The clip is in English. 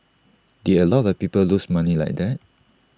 did A lot of people lose money like that